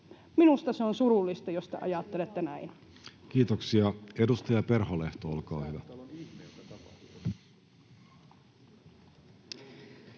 Minusta se on surullista, jos te ajattelette näin. Kiitoksia. — Edustaja Perholehto, olkaa hyvä.